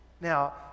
Now